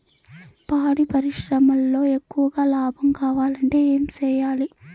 పాడి పరిశ్రమలో ఎక్కువగా లాభం కావాలంటే ఏం చేయాలి?